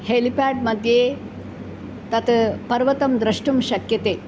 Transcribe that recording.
हेलिपाड्मध्ये तत् पर्वतं द्रष्टुं शक्यते